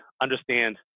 understand